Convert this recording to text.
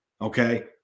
okay